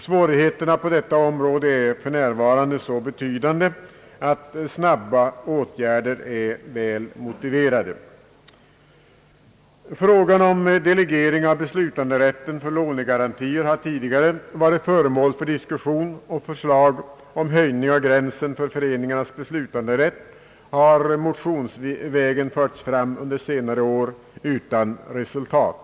Svårigheterna på det området är för närvarande så betydande att snabba åtgärder måste anses väl motiverade. Frågan om delegering av beslutanderätten för lånegarantier har tidigare varit föremål för diskussion, och förslag om höjning av gränsen för föreningarnas beslutanderätt har motionsvägen förts fram under senare år men utan resultat.